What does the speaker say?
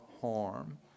harm